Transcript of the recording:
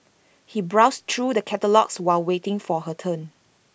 she browsed through the catalogues while waiting for her turn